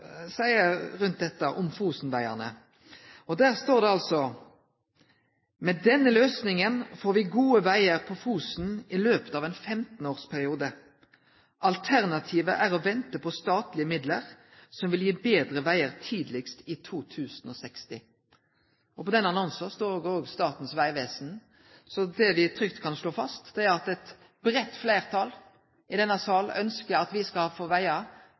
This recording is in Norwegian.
seier om Fosenvegene. Der står det: «Med denne løsningen får vi gode veger på Fosen i løpet av en 15 årsperiode. Alternativet er å vente på statlige midler, som vil gi bedre veger tidligst i 2060.» På den annonsen står òg Statens vegvesen. Så det vi trygt kan slå fast, er at eit breitt fleirtal i denne salen ønskjer at vi skal få